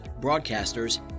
broadcasters